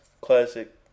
classic